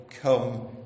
come